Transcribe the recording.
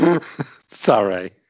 Sorry